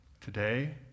Today